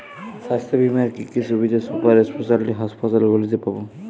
স্বাস্থ্য বীমার কি কি সুবিধে সুপার স্পেশালিটি হাসপাতালগুলিতে পাব?